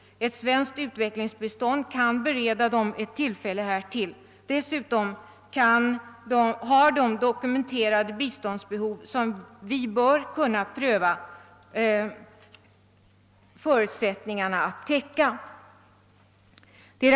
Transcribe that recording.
Ett svenskt utvecklingsbistånd kan bereda landet ett tillfälle härtill. Dessutom har det ett dokumenterat biståndsbehov, och vi bör kunna pröva förutsättningarna att täcka detta.